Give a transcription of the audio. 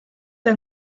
der